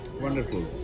Wonderful